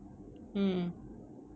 mm